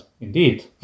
Indeed